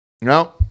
No